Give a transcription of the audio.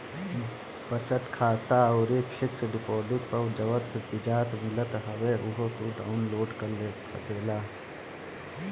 बचत खाता अउरी फिक्स डिपोजिट पअ जवन बियाज मिलत हवे उहो तू डाउन लोड कर सकेला